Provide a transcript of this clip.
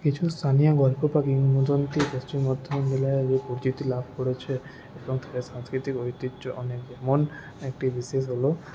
কিছু স্থানীয় গল্প বা কিংবদন্তি পশ্চিম বর্ধমান জেলায় পরিচিতি লাভ করেছে এবং এদের সাংস্কৃতিক ঐতিহ্য অনেক যেমন একটি বিশেষ হল